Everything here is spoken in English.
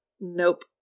Nope